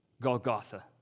Golgotha